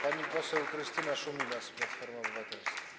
Pani poseł Krystyna Szumilas, Platforma Obywatelska.